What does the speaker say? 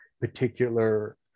particular